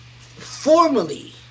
formally